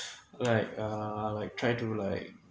like uh like try to like